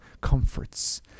comforts